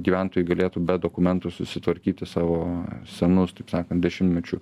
gyventojai galėtų be dokumentų susitvarkyti savo senus taip sakant dešimtmečių